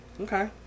Okay